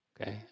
Okay